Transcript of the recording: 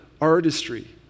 artistry